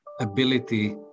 ability